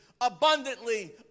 abundantly